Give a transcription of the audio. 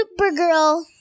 Supergirl